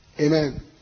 Amen